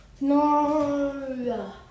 No